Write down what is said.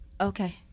Okay